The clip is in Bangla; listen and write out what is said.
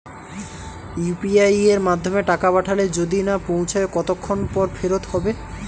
ইউ.পি.আই য়ের মাধ্যমে টাকা পাঠালে যদি না পৌছায় কতক্ষন পর ফেরত হবে?